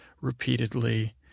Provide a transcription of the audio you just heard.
repeatedly